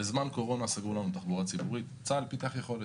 בזמן קורונה סגרו לנו את התחבורה הציבורית וצה"ל פיתח יכולת.